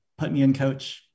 #PutMeInCoach